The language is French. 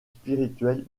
spirituelle